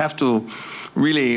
have to really